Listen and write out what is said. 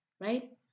right